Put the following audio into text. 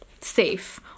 safe